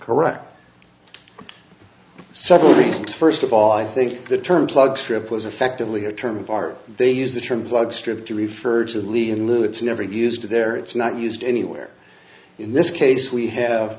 correct several reasons first of all i think the term plug strip was effectively a term of art they use the term plug strip to refer to lead in the it's never used to there it's not used anywhere in this case we have